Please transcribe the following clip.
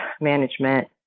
management